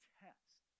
test